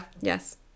yes